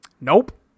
Nope